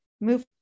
move